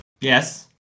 Yes